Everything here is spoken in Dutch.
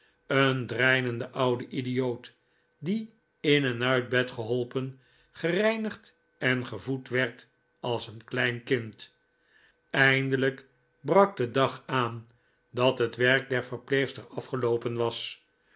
een dreinende oude idioot die in en uit bed geholpen gereinigd en gevoed werd als een klein kind eindelijk brak de dag aan dat het werk der verpleegster afgeloopen was